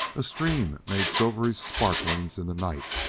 a stream made silvery sparklings in the night,